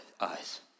eyes